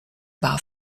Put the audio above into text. war